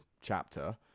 chapter